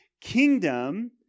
kingdom